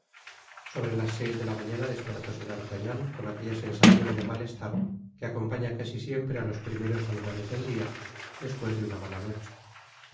sobre las seis de la mañana dispertóse d'adaguan con aquella sensacion de mal estar que acompaña casi siempre á los primeros albores del dia despues de una mala noche